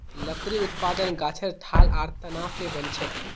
लकड़ी उत्पादन गाछेर ठाल आर तना स बनछेक